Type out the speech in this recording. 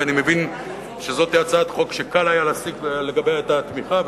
ואני מבין שזאת הצעת חוק שקל היה להשיג לגביה את התמיכה,